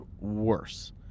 worse